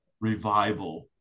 revival